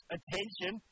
Attention